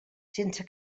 sense